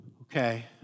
Okay